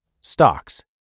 Stocks